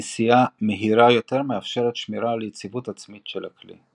נסיעה מהירה יותר מאפשרת שמירה על יציבות עצמית של הכלי.